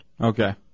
Okay